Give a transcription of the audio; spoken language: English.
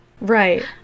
Right